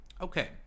Okay